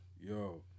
Yo